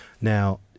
Now